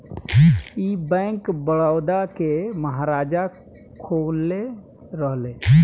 ई बैंक, बड़ौदा के महाराजा खोलले रहले